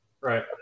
Right